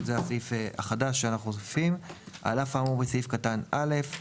זה הסעיף החדש שאנחנו מוסיפים: "על אף האמור בסעיף קטן (א),